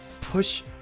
push